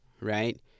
right